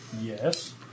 Yes